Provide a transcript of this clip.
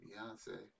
Beyonce